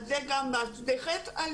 זה חטא על